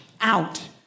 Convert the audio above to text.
out